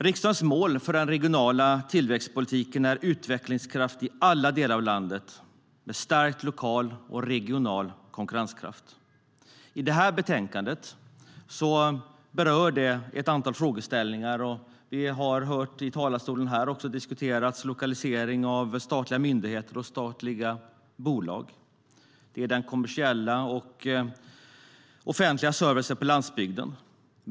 Riksdagens mål för den regionala tillväxtpolitiken är utvecklingskraft i alla delar av landet med stärkt lokal och regional konkurrenskraft. I det här betänkandet berörs ett antal sådana frågeställningar. Vi har hört ledamöter diskutera lokaliseringen av statliga myndigheter och bolag och den kommersiella och offentliga servicen på landsbygden.